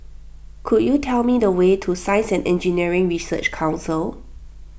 could you tell me the way to Science and Engineering Research Council